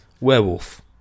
Werewolf